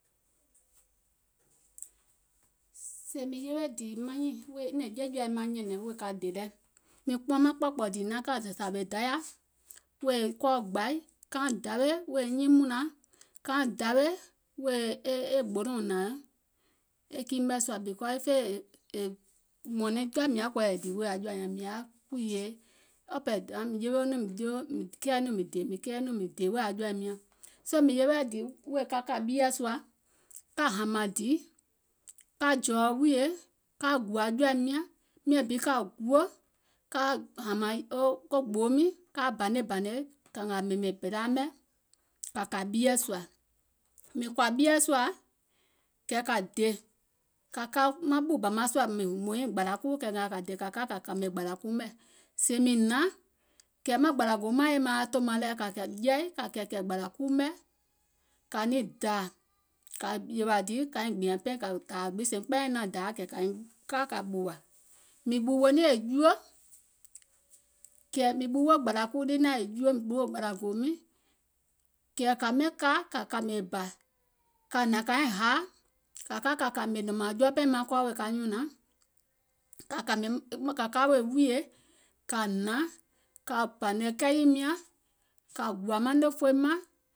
Sèè mìŋ yewe dìì maŋ nyiìŋ nɛ̀ŋ jɛɛ̀jɛɛ̀ɛ maŋ nyɛ̀nɛ̀ŋ wèè ka dè lɛ mìŋ kpuɔŋ maŋ kpɔ̀kpɔ̀ dììnaŋ ka dȧwè dayȧ wèè kɔɔ gbȧi, kauŋ dawè wèè nyiiŋ mùnlaŋ, kauŋ dawè wèè e gbolòùŋ hnȧŋ e kii mɛ̀ sùȧ because e fè e e è mɔ̀ɔ̀nɛŋ jɔa mìŋ yaȧ kɔ̀ɔ̀yɛ̀ dìì wèè aŋ jɔ̀ȧ nyaŋ, mìŋ yaȧ kùwùè up and down soo mìŋ yewe dìì wèè ka kà ɓieɛ̀ sùȧ, ka hȧmȧŋ dìì, ka draw wùìyè, ka gùȧ jɔ̀ȧim nyȧŋ, miȧŋ bi ka guò, ka hȧmȧŋ ko gboo miìŋ kaa banebȧnè, kɛ̀ kȧ ngàà ɓèmè bèlaa mɛ̀ kȧ kȧ ɓieɛ̀ sùȧ, mìŋ kɔ̀à ɓieɛ̀ sùȧ, kɛ̀ kȧ dè maŋ ɓù bà maŋ sùȧ mùŋ hùmò nyiìŋ gbàlȧ kuu kɛ̀ kȧ ka kȧ kȧmè gbȧlȧ kuu mɛ̀, sèè mìŋ hnȧŋ, kɛ̀ maŋ gbȧlȧ goo mȧŋ yè maŋ yaȧ tòmaŋ lɛ̀ ka jɛi kȧ kɛ̀ɛ̀kɛ̀ɛ̀ gbȧlȧ kuu mɛ̀ kȧ niŋ dȧȧ, kȧ gbìȧŋ pɛìŋ kȧ dȧȧ gbiŋ, sèè mìŋ kpɛɛyɛ̀ naȧŋ dȧa kɛ̀ kȧiŋ ka kȧ ɓùwȧ, mìŋ ɓùwò niìŋ è juo, kɛ̀ mìŋ ɓuwo gbȧlȧ kuu lii naȧŋ juo, mìŋ ɓuwo gbȧlȧ goo miiŋ, kɛ̀ kȧ ɓɛìŋ ka kȧ kȧmè bȧ, kȧ hnȧŋ kȧiŋ haȧ, kȧ ka kȧmè nɔ̀ŋ mȧȧŋ jɔɔ paìŋ wɔŋ maŋ kɔɔ̀ wèè ka nyunȧŋ, kȧ ka wèè wùìyè, kȧ hnȧŋ kȧ bȧnè kɛìyìim nyȧŋ, kȧ gùȧ manɛ̀ŋ fooim mȧŋ,